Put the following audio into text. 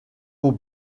aux